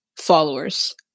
followers